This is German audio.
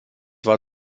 war